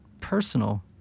personal